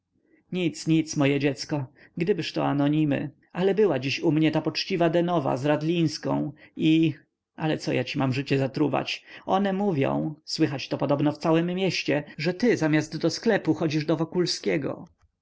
nic nic moje dziecko gdybyż to anonimy ale była dziś u mnie ta poczciwa denowa z radlińską i ale co ja ci mam życie zatruwać one mówią słychać to podobno w całem mieście że ty zamiast do sklepu chodzisz do wokulskiego